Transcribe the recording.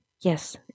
Yes